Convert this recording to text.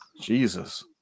Jesus